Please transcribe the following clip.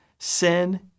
sin